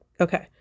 okay